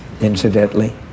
incidentally